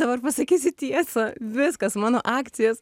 dabar pasakysiu tiesą viskas mano akcijos